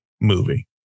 movie